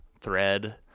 thread